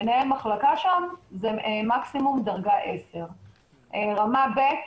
מנהל מחלקה שם זה מקסימום דרגה 10. רמה ב',